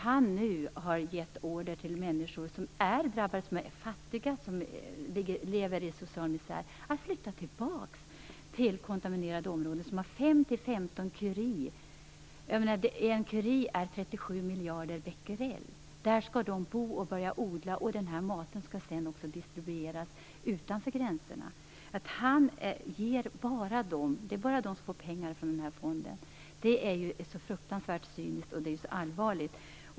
Han har gett order till människor som är drabbade, fattiga och som lever i social misär, att flytta tillbaka till kontaminerade områden där det är 5-15 curie. En curie är 37 miljarder becquerell. Där skall de bo och börja odla. Maten därifrån skall sedan distribueras utanför gränserna. Det är bara dessa som flyttar som får pengar från fonden. Det är fruktansvärt cyniskt och allvarligt.